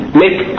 make